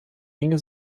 inge